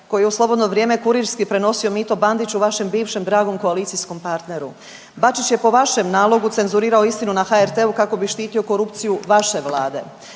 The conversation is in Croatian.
koji u slobodno vrijeme kurirski prenosio mito Bandiću vašem bivšem dragom koalicijskom partneru? Bačić je po vašem nalogu cenzurirao istinu na HRT-u kako bi štitio korupciju vaše Vlade